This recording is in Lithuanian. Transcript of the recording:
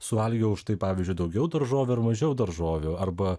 suvalgiau štai pavyzdžiui daugiau daržovių ar mažiau daržovių arba